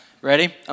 Ready